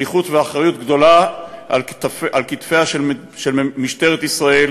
שליחות ואחריות גדולה על כתפיה של משטרת ישראל,